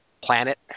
planet